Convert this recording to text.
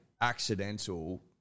accidental